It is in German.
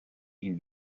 ihn